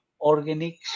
Organic